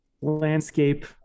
landscape